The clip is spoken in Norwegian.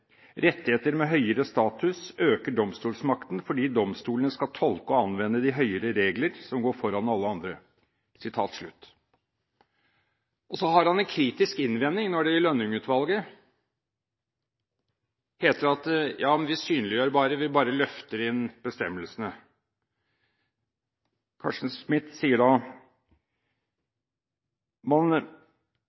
Rettigheter med høyere status øker domstolsmakten fordi domstolene skal tolke og anvende de høyere regler som går foran alle andre.» Så har han en kritisk innvending når det hos Lønning-utvalget heter at vi synliggjør bare, vi bare løfter inn bestemmelsene. Carsten Smith sier da,